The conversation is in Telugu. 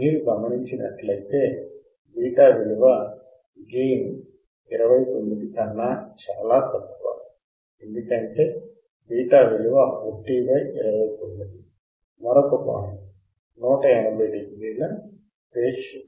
మీరు గమనించినట్లయితే బీటా విలువ గెయిన్ 29 కన్నా చాలా తక్కువ ఎందుకంటే బీటా విలువ 129 మరొక పాయింట్ 180 డిగ్రీల ఫేజ్ షిఫ్ట్